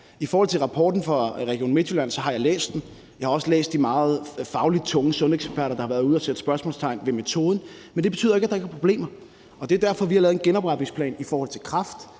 angår rapporten fra Region Midtjylland, har jeg læst den. Jeg har også læst, at nogle meget fagligt tunge sundhedseksperter har været ude at sætte spørgsmålstegn ved metoden. Men det betyder jo ikke, at der ikke er problemer. Det er derfor, vi har lavet en genopretningsplan for kræftområdet.